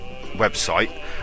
website